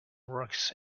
works